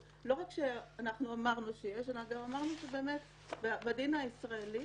ולא רק שאמרנו שיש אלא גם אמרנו שבאמת בדין הישראלי